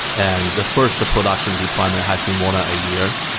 and the first production deployment has been more than a year.